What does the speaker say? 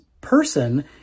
person